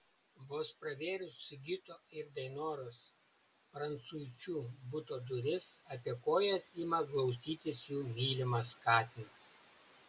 vos pravėrus sigito ir dainoros prancuičių buto duris apie kojas ima glaustytis jų mylimas katinas